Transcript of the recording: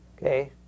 okay